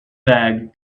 bag